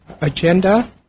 agenda